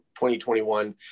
2021